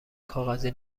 کاغذی